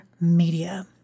Media